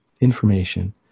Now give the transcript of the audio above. information